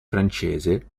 francese